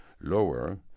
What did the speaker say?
lower